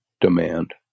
demand